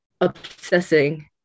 obsessing